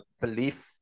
belief